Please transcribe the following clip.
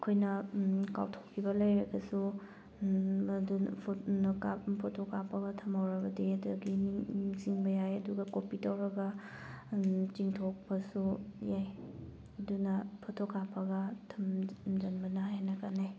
ꯑꯩꯈꯣꯏꯅ ꯀꯥꯎꯊꯣꯛꯈꯤꯕ ꯂꯩꯔꯒꯁꯨ ꯐꯣꯇꯣ ꯀꯥꯞꯄꯒ ꯊꯝꯍꯧꯔꯕꯗꯤ ꯑꯗꯒꯤ ꯅꯤꯡꯁꯤꯡꯕ ꯌꯥꯏ ꯑꯗꯨꯒ ꯀꯣꯄꯤ ꯇꯧꯔꯒ ꯆꯤꯡꯊꯣꯛꯄꯁꯨ ꯌꯥꯏ ꯑꯗꯨꯅ ꯐꯣꯇꯣ ꯀꯥꯞꯄꯒ ꯊꯝꯖꯟꯕꯅ ꯍꯦꯟꯅ ꯀꯥꯟꯅꯩ